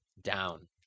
down